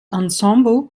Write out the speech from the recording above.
ensemble